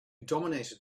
dominated